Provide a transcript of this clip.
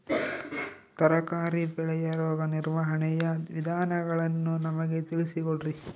ತರಕಾರಿ ಬೆಳೆಯ ರೋಗ ನಿರ್ವಹಣೆಯ ವಿಧಾನಗಳನ್ನು ನಮಗೆ ತಿಳಿಸಿ ಕೊಡ್ರಿ?